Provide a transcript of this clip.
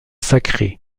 sacré